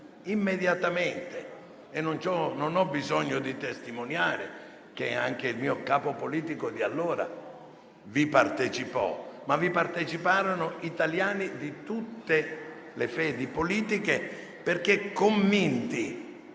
immediatamente. Non ho bisogno di testimoniare che anche il mio capo politico di allora vi partecipò, ma vi parteciparono italiani di tutte le fedi politiche, perché convinti,